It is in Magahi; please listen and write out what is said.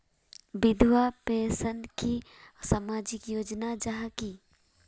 विधवा पेंशन की सामाजिक योजना जाहा की?